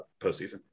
postseason